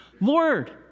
Lord